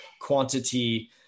quantity